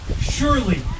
Surely